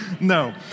No